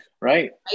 right